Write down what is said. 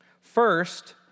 First